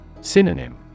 Synonym